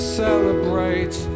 celebrate